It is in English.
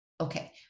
okay